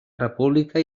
república